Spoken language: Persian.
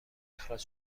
اخراج